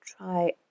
try